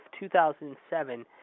2007